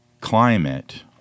climate